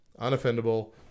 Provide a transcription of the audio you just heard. Unoffendable